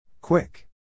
Quick